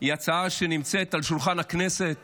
היא הצעה שנמצאת על שולחן הכנסת